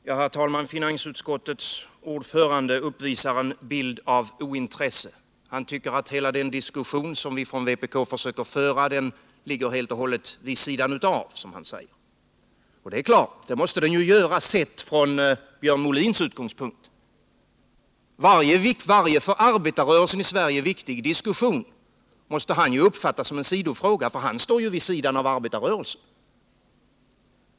Herr talman! Finansutskottets ordförande uppvisar en bild av ointresse. Han tycker att hela den diskussion som vi från vpk försöker föra ligger helt och hållet vid sidan av, som han säger. Det är klart, det måste den göra — sett från Björn Molins utgångspunkt. Varje för arbetarrörelsen i Sverige viktig diskussion måste han uppfatta som en sidofråga, därför att han står vid sidan av arbetarrörelsen.